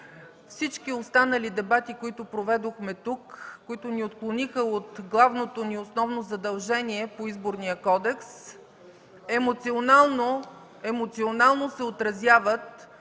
Всички останали дебати, които проведохме тук, които ни отклониха от главното ни основно задължение по Изборния кодекс, емоционално се отразяват